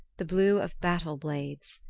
the blue of battle-blades.